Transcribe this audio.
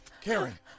Karen